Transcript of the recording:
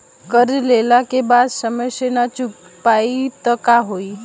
कर्जा लेला के बाद समय से ना चुका पाएम त का होई?